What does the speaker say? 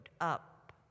up